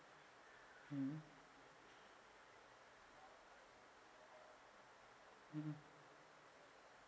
mm mmhmm